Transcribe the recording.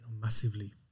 massively